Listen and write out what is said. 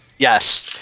Yes